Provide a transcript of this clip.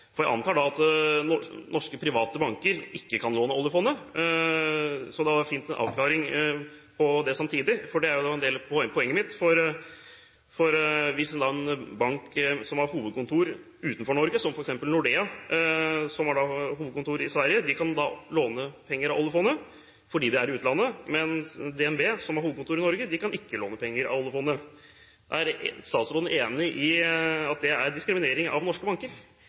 for jeg antar at norske private banker ikke kan låne av oljefondet. Det hadde vært fint med av avklaring av det samtidig, for det er en del av poenget mitt. En bank som har hovedkontor utenfor Norge, f.eks. Nordea, som har hovedkontor i Sverige, kan låne penger av oljefondet fordi hovedkontoret er i utlandet, mens DNB, som har hovedkontor i Norge, ikke kan låne penger av oljefondet. Er statsråden enig i at det er diskriminering av norske banker?